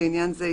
לעניין זה,